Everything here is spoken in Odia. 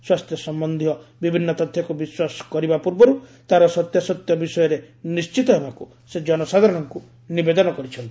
ସ୍ପାସ୍ଥ୍ୟ ସମ୍ପନ୍ଧୀୟ ବିଭିନ୍ନ ତଥ୍ୟକୁ ବିଶ୍ୱାସ କରିବା ପୂର୍ବରୁ ତାହାର ସତ୍ୟସାତ୍ୟ ବିଷୟରେ ନିଶ୍ଚିତ ହେବାକୁ ସେ ଜନସାଧାରଣଙ୍କୁ ନିବେଦନ କରିଛନ୍ତି